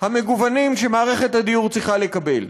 המגוונים שמערכת הדיור צריכה לקבל.